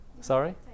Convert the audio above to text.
Sorry